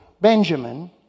Benjamin